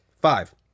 five